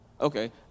Okay